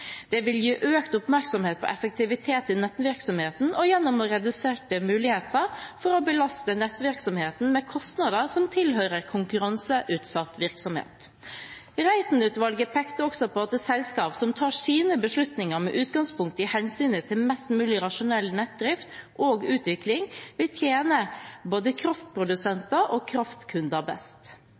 dette vil bidra til mer effektiv drift, utvikling og utnyttelse av nettet gjennom å legge til rette for strukturendringer som gjør at stordriftsfordeler utnyttes, gjennom økt oppmerksomhet på effektivitet i nettvirksomheten og gjennom reduserte muligheter for å belaste nettvirksomheten med kostnader som tilhører konkurranseutsatt virksomhet. Reiten-utvalget pekte også på at selskaper som tar sine beslutninger med utgangspunkt i hensynet til mest